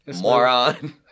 moron